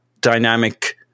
dynamic